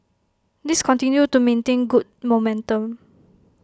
these continue to maintain good momentum